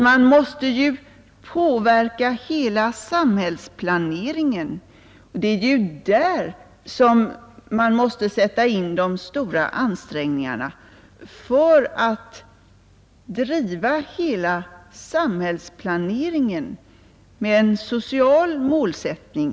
Man måste ju påverka hela samhällsplaneringen, man måste sätta in de stora ansträngningarna för att driva hela samhällsplaneringen med en social målsättning.